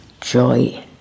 joy